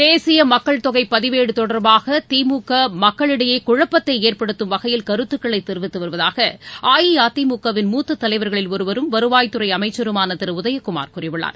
தேசியமக்கள்தொகைபதிவேடுதொடர்பாகதிமுகமக்களிடையேகுழப்பத்தைஏற்படுத்தும் வகையில் கருத்துக்களைதெரிவித்துவருவதாகஅஇஅதிமுக வின் தலைவர்களில் மூத்தத் ஒருவரும் வருவாய் துறைஅமைச்சருமானதிருஉதயகுமார் கூறியுள்ளார்